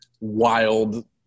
wild